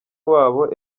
wabo